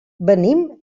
venim